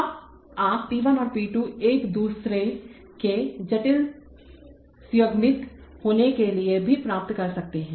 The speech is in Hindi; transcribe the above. अब आप p 1 और p2 को एक दूसरे के जटिल संयुग्मित होने के लिए भी प्राप्त कर सकते हैं